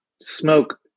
smoke